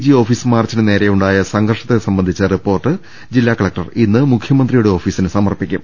G office മാർച്ചിന് നേരെയു ണ്ടായ സംഘർഷത്തെ സംബന്ധിച്ച റിപ്പോർട്ട് ജില്ലാ കലക്ടർ ഇന്ന് മുഖ്യമ ന്ത്രിയുടെ ഓഫീസിന് സമർപ്പിക്കും